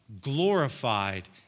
glorified